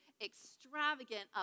extravagant